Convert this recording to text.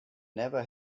never